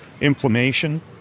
inflammation